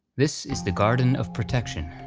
this is the garden of protection.